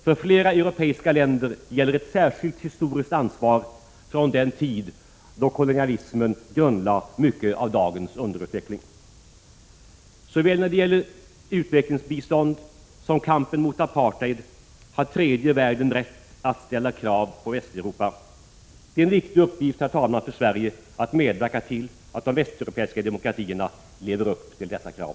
För flera europeiska länder gäller ett särskilt, historiskt ansvar från den tid då kolonialismen grundlade mycket av dagens underutveckling. Såväl när det gäller utvecklingsbistånd som när det gäller kampen mot apartheid har tredje världen rätt att ställa krav på Västeuropa. Det är, herr talman, en viktig uppgift för Sverige att medverka till att de västeuropeiska demokratierna lever upp till dessa krav.